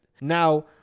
Now